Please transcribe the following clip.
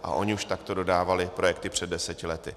A ony už takto dodávaly projekty před deseti lety.